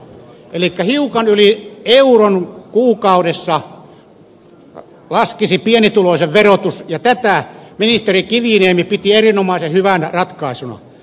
elikkä hiukan yli euron kuukaudessa laskisi pienituloisen verotus ja tätä ministeri kiviniemi piti erinomaisen hyvänä ratkaisuna